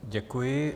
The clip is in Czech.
Děkuji.